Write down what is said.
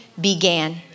began